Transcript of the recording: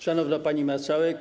Szanowna Pani Marszałek!